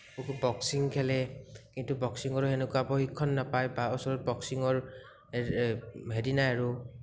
boxing খেলে কিন্তু বক্সিঙৰো সেনেকুৱা প্ৰশিক্ষণ নাপায় বা ওচৰত বক্সিঙৰ হেৰি নাই আৰু